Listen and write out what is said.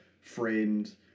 friend